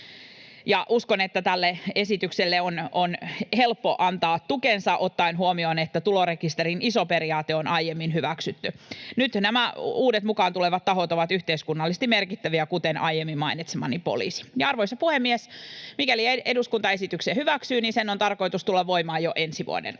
uskon, että tälle esitykselle on helppo antaa tukensa ottaen huomioon, että tulorekisterin iso periaate on aiemmin hyväksytty. Nämä nyt mukaan tulevat uudet tahot ovat yhteiskunnallisesti merkittäviä, kuten aiemmin mainitsemani poliisi. Arvoisa puhemies! Mikäli eduskunta esityksen hyväksyy, sen on tarkoitus tulla voimaan jo ensi vuoden alusta.